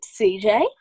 CJ